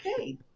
okay